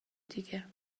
دیگه